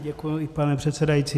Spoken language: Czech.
Děkuji, pane předsedající.